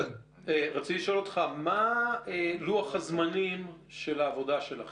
מה לוח הזמנים של העבודה שלכם?